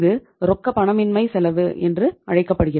இது ரொக்கப்பணமின்மை செலவு என்று அழைக்கப்படும்